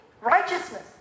righteousness